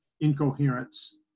incoherence